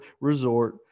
Resort